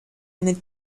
minute